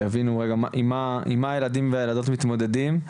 שיבינו עם מה הילדים והילדות מתמודדים,